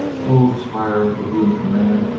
ods fire, with you in command,